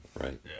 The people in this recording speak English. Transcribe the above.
right